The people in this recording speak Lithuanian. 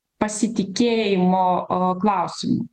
pasitikėjimo a klausimu